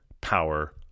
power